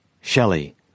Shelley